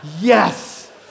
yes